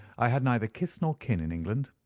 i had neither kith nor kin in england,